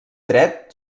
dret